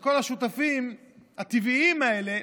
של כל השותפים הטבעיים האלה,